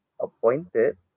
appointed